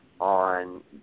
on